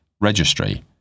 registry